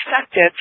effective